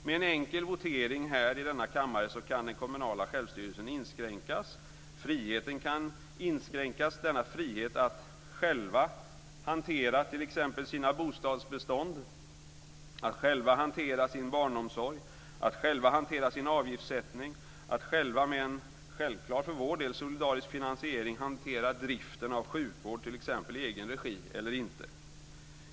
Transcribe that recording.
Med en enkel votering här i denna kammare kan den kommunala självstyrelsen inskränkas. Friheten kan inskränkas - friheten för kommuerna att själva hantera t.ex. sina bostadsbestånd, att själva hantera sin barnomsorg, att själva hantera sin avgiftssättning, att själva med en för vår del självklar solidarisk finansiering hantera driften av t.ex. sjukvård i egen regi eller inte.